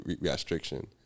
restriction